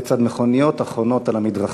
לצד מכוניות החונות על המדרכה.